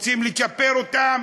רוצים לצ'פר אותם,